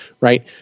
right